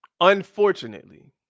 unfortunately